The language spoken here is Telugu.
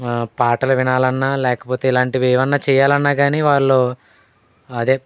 పాటలు వినాలన్నా లేకపోతే ఇలాంటివి ఏమన్నా చేయాలన్నా కానీ వాళ్ళు అదే